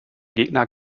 gegner